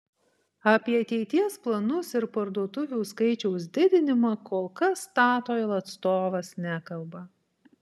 apie ateities planus ir parduotuvių skaičiaus didinimą kol kas statoil atstovas nekalba